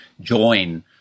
join